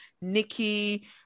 Nikki